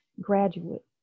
graduate